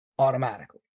automatically